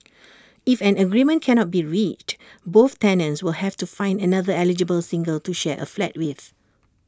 if an agreement cannot be reached both tenants will have to find another eligible single to share A flat with